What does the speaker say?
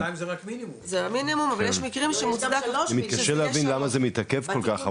אני מתקשה להבין למה זה מתעכב כל כך.